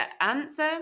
answer